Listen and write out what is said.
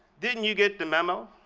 didn't you get the memo